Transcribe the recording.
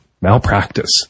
malpractice